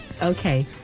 okay